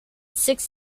six